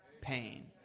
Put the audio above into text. pain